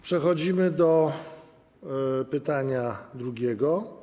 Przechodzimy do pytania drugiego.